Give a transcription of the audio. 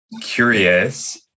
curious